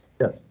Yes